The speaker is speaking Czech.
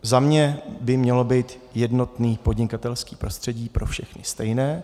Za mě by mělo být jednotné podnikatelské prostředí, pro všechny stejné.